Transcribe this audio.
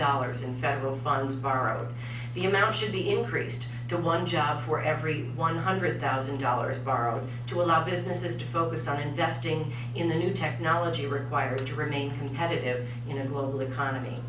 dollars in federal funds borrowed the amount should be increased to one job for every one hundred thousand dollars borrowed to allow businesses to focus on investing in the new technology required to remain competitive in a global economy